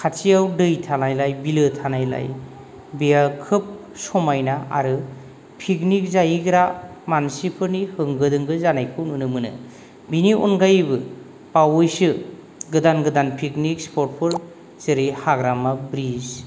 खाथियाव दै थानायलाय बिलो थानायलाय बेयो खोब समायना आरो फिकनिक जाहैग्रा मानसिफोरनि होंगो दोंगो जानायखौ नुनो मोनो बिनि अनगायैबो बावैसो गोदान गोदान पिकनिक स्पट फोर जेरै हाग्रामा ब्रिस